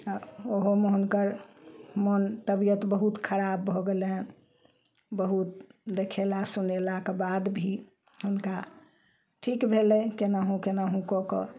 आओर ओहोमे हुनकर मोन तबियत बहुत खराब भऽ गेल रहय बहुत देखेला सुनेलाके बाद भी हुनका ठीक भेलय केनाहुँ केनाहुँ कऽ कऽ